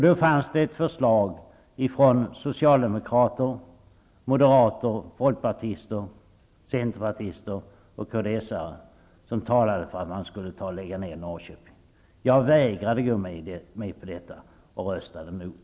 Då fanns ett förslag från socialdemokrater, moderater, folkpartister, centerpartister och kds:are som talade för att man skulle lägga ned Norrköpingsflottiljen. Jag vägrade att gå med på detta och röstade emot.